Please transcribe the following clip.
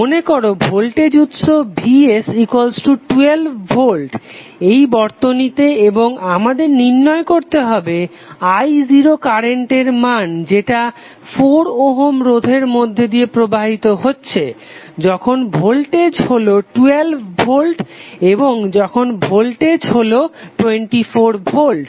মনেকর ভোল্টেজ উৎস vs12 V এই বর্তনীতে এবং আমাদের নির্ণয় করতে হবে I0 কারেন্টের মান যেটা 4 ওহম রোধের মধ্যে দিয়ে প্রবাহিত হচ্ছে যখন ভোল্টেজ হলো 12 ভোল্ট এবং যখন ভোল্টেজ হলো 24 ভোল্ট